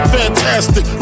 fantastic